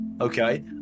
okay